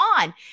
on